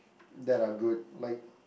that are good like